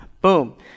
boom